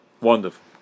Wonderful